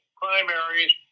primaries